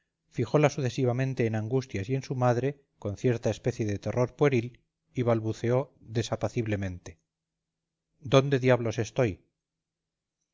por la habitación fijola sucesivamente en angustias y en su madre con cierta especie de terror pueril y balbuceó desapaciblemente dónde diablos estoy